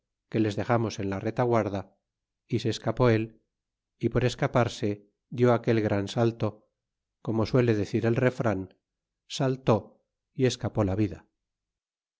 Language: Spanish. que les dexamos en la retaguarda y se escapé él y por escaparse di aquel gran salto como suele decir el refran saltó y escapé la vida